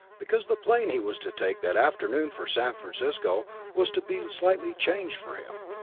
because the plane he was to take that afternoon for san francisco was to be slightly changed for him.